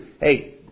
Hey